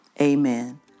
Amen